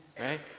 right